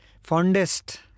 fondest